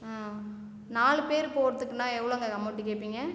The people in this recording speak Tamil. நாலு பேர் போகிறத்துக்குன்னா எவ்வளோங்க அமௌண்ட்டு கேட்பீங்க